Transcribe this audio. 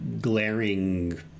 glaring